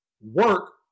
work